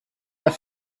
der